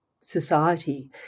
society